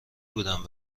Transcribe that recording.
بودم